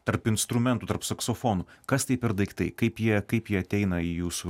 tarp instrumentų tarp saksofonų kas tai per daiktai kaip jie kaip jie ateina į jūsų